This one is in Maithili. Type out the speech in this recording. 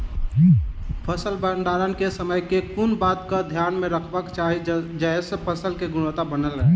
फसल भण्डारण केँ समय केँ कुन बात कऽ ध्यान मे रखबाक चाहि जयसँ फसल केँ गुणवता बनल रहै?